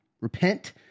repent